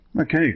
Okay